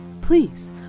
please